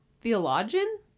Theologian